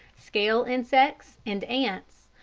scale insects and ants,